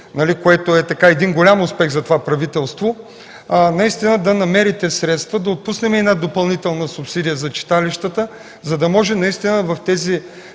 което е голям успех за това правителство, да намерите средства да отпуснем една допълнителна субсидия за читалищата, за да може в селата,